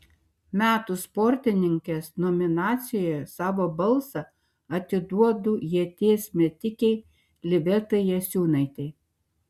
metų sportininkės nominacijoje savo balsą atiduodu ieties metikei livetai jasiūnaitei